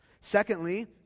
Secondly